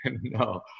No